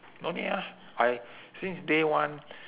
no need ah I since day one